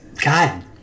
God